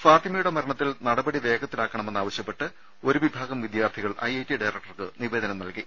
ഫാത്തിമയുടെ മരണ ത്തിൽ നടപടി വേഗത്തിലാക്കണമെന്നാവശൃപ്പെട്ട് ഒരു വിഭാഗം വിദ്യാർത്ഥി കൾ ഐ ഐ ടി ഡയറക്ടർക്ക് നിവേദനം നൽകി